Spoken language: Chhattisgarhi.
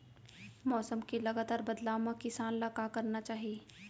मौसम के लगातार बदलाव मा किसान ला का करना चाही?